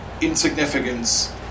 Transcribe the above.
insignificance